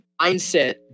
mindset